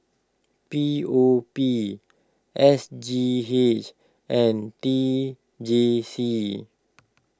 P O P S G H and T J C